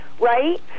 Right